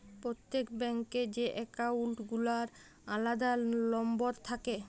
প্রত্যেক ব্যাঙ্ক এ যে একাউল্ট গুলার আলাদা লম্বর থাক্যে